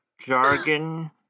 jargon